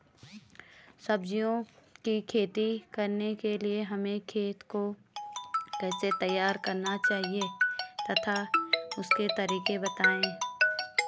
सब्जियों की खेती करने के लिए हमें खेत को कैसे तैयार करना चाहिए तथा उसके तरीके बताएं?